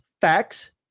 facts